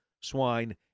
swine